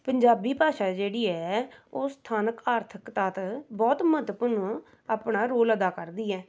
ਪੰਜਾਬੀ ਭਾਸ਼ਾ ਜਿਹੜੀ ਹੈ ਓਹ ਸਥਾਨਕ ਆਰਥਿਕਤਾ ਤੋਂ ਬਹੁਤ ਮਹੱਤਵਪੂਰਨ ਆਪਣਾ ਰੋਲ ਅਦਾ ਕਰਦੀ ਹੈ